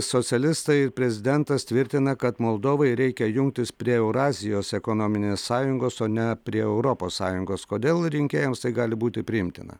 socialistai ir prezidentas tvirtina kad moldovai reikia jungtis prie eurazijos ekonominės sąjungos o ne prie europos sąjungos kodėl rinkėjams tai gali būti priimtina